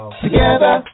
together